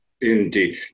Indeed